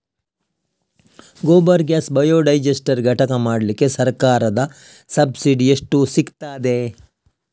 Gobar gas biodigester ಘಟಕ ಮಾಡ್ಲಿಕ್ಕೆ ಸರ್ಕಾರದ ಸಬ್ಸಿಡಿ ಎಷ್ಟು ಸಿಕ್ತಾದೆ?